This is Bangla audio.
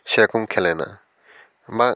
সেরকম খেলে না বা